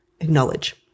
acknowledge